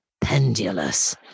pendulous